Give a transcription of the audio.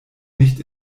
nicht